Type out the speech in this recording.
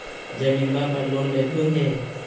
जमीनवा पर लोन लेलहु हे?